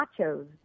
nachos